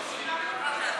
התשע"ה 2015,